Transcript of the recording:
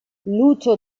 lucio